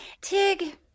Tig